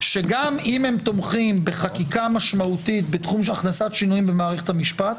שגם אם הם תומכים בחקיקה משמעותית בתחום הכנסת שינויים במערכת המשפט,